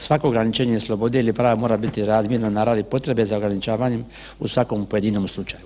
Svako ograničenje slobode ili prava mora biti razmjerno naravni potrebe za ograničavanje u svakom pojedinom slučaju“